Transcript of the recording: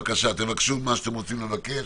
בבקשה, תבקשו מה שאתם רוצים לבקש.